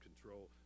control